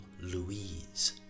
Louise